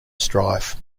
strife